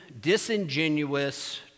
disingenuous